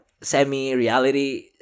semi-reality